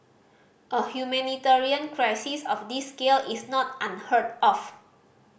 a humanitarian crisis of this scale is not unheard of